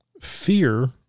fear